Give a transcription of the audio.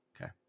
Okay